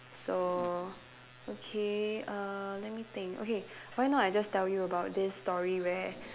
so okay err let me think okay why not I just tell you about this story where